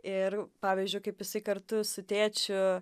ir pavyzdžiui kaip jisai kartu su tėčiu